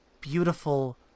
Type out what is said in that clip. beautiful